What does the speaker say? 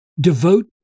devote